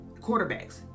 quarterbacks